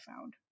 found